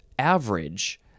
average